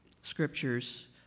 scriptures